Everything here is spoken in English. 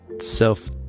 self